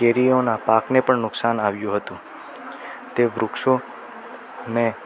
કેરીઓનાં પાકને પણ નુકશાન આવ્યું હતું તે વૃક્ષો ને